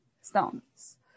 stones